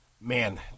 Man